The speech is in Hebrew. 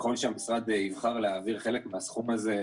ככל שהמשרד יבחר להעביר חלק מן הסכום הזה,